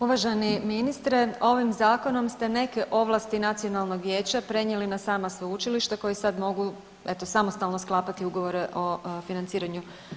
Uvaženi ministre, ovim zakonom ste neke ovlasti Nacionalnog vijeća prenijeli na sama sveučilišta koji sad mogu eto samostalno sklapati ugovore o financiranju.